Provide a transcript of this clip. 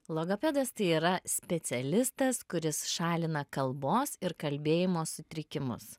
logopedas tai yra specialistas kuris šalina kalbos ir kalbėjimo sutrikimus